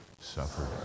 suffered